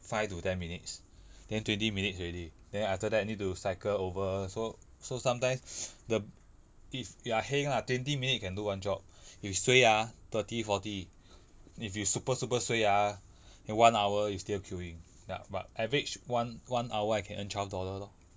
five to ten minutes then twenty minutes already then after that I need to cycle over so so sometimes the if you are heng ah twenty minute you can do one job you suay ah thirty forty if you super super suay ah then one hour you still queueing ya but average one one hour I can earn twelve dollar lor